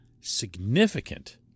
significant